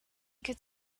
could